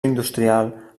industrial